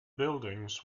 buildings